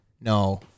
No